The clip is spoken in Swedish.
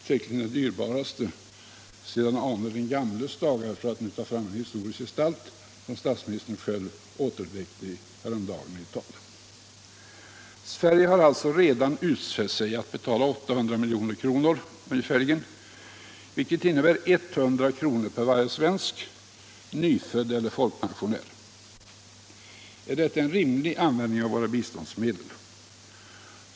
Säkerligen den dyrbaraste sedan Ane den gamles dagar, för att nu nämna en historisk gestalt som statsministern själv häromdagen har återuppväckt i ett tal. Sverige har alltså redan utfäst sig att betala ungefärligen 800 milj.kr., vilket innebär 100 kr. per varje svensk — nyfödd eller folkpensionär. Är detta en rimlig användning av våra biståndsmedel?